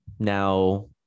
Now